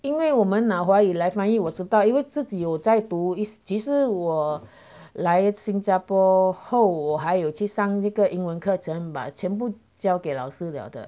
因为我们脑来翻译因为我自己又再读其实我来新加坡后我还有去上那个英文课程 but 全部交给老师了的